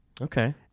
Okay